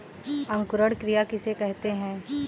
अंकुरण क्रिया किसे कहते हैं?